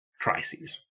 crises